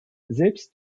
selbst